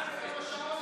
מועצת הלול,